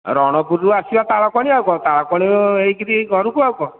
ରଣପୁରରୁ ଆସିବା ତାଳପଣି ଆଉ କ'ଣ ତାଳପଣି ହୋଇକରି ଘରକୁ ଆଉ କ'ଣ